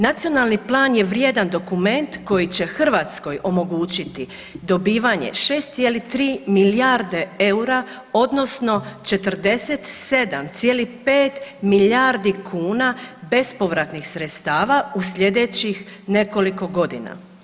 Nacionalni plan je vrijedan dokument koji će Hrvatskoj omogućiti dobivanje 6,3 milijarde eura, odnosno 47,5 milijardi kuna bespovratnih sredstava u sljedećih nekoliko godina.